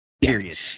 Period